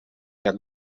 jak